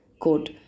Quote